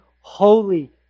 holy